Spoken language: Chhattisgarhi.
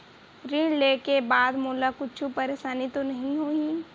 ऋण लेके बाद मोला कुछु परेशानी तो नहीं होही?